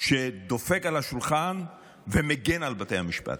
שדופק על השולחן ומגן על בתי המשפט.